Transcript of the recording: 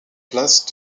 charge